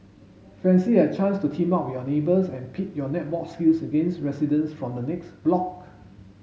fancy a chance to team up with your neighbours and pit your netball skills against residents from the next block